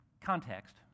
context